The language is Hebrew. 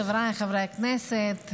חבריי חברי הכנסת,